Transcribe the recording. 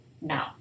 No